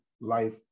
life